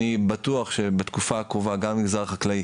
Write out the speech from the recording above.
אני בטוח שבתקופה הקרובה גם במגזר החקלאי